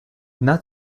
not